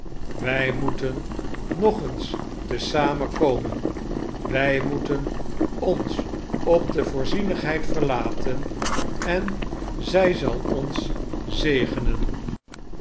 wij moeten nog eens te zamen komen wij moeten ons op de voorzienigheid verlaten en zij zal ons zegenen